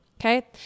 Okay